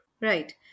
Right